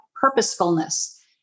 purposefulness